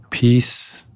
Peace